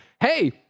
hey